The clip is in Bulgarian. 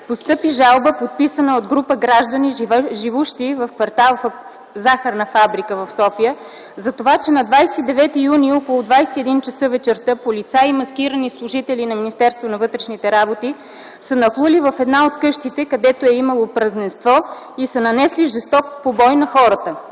постъпи жалба, подписана от група граждани, живущи в кв. „Захарна фабрика” в София, за това, че на 29 юни около 21,00 ч. вечерта полицаи и маскирани служители на Министерството на вътрешните работи са нахлули в една от къщите, където е имало празненство, и са нанесли жесток побой на хората.